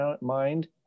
mind